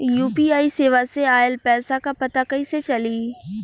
UPI सेवा से ऑयल पैसा क पता कइसे चली?